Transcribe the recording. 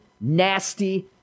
nasty